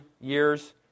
years